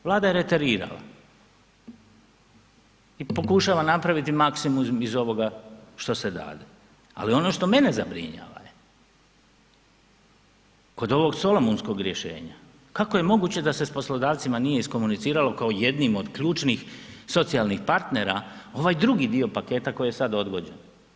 Vlada je retarirala i pokušala napraviti maksimum iz ovoga što se dade, ali ono što mene zabrinjava je kod ovog solomunskog rješenja kako je moguće da se s poslodavcima nije iskomuniciralo kao jednim od ključnih socijalnih partnera ovaj drugi dio paketa koji je sad odgođen.